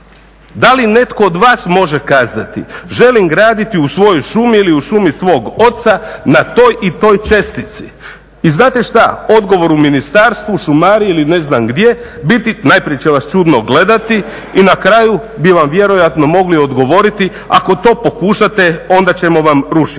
Da li netko od vas može kazati želim graditi u svojoj šumi ili u šumi svog oca na toj i toj čestici? I znate što? Odgovor u ministarstvu šumariji ili ne znam gdje je najprije će vas čudno gledati i na kraju bi vam vjerojatno mogli odgovoriti ako to pokušate onda ćemo vam rušiti.